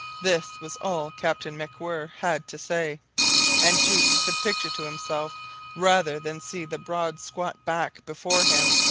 this was all captain macwhirr had to say and jukes could picture to himself rather than see the broad squat back before him.